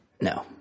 No